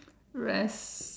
rest